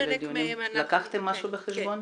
לקחתם משהו בחשבון?